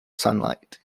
sunlight